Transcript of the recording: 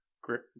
great